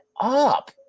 up